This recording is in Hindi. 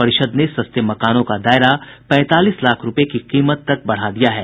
परिषद ने सस्ते मकानों का दायरा पैंतालीस लाख रुपये की कीमत तक बढ़ा दिया है